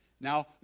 Now